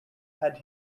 had